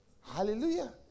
Hallelujah